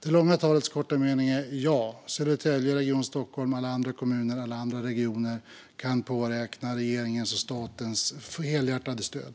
Det långa talets korta mening är: Ja, Södertälje, Region Stockholm och alla andra kommuner och regioner kan påräkna regeringens och statens helhjärtade stöd.